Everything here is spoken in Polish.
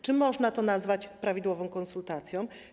Czy można to nazwać prawidłowymi konsultacjami?